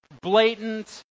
blatant